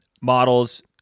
models